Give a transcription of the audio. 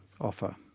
offer